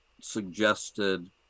suggested